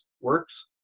works